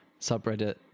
subreddit